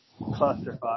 clusterfuck